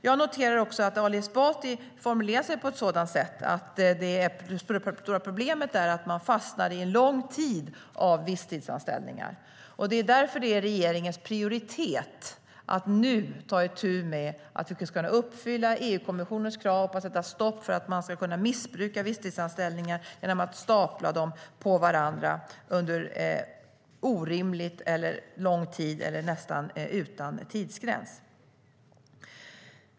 Jag noterar att Ali Esbati säger att det stora problemet är att människor fastnar i en lång tid av visstidsanställningar. Det är därför som det är regeringens prioritet att nu ta itu med att uppfylla EU-kommissionens krav på att sätta stopp för att man ska kunna missbruka visstidsanställningar genom att stapla dem på varandra under en orimligt lång tid eller nästan utan tidsgräns.